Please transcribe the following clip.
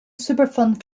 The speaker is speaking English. superfund